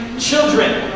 children.